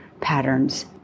patterns